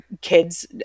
kids